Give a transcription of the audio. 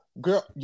girl